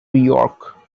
york